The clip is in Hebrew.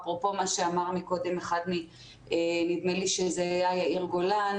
אפרופו מה שאמר חבר הכנסת יאיר גולן.